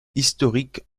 historique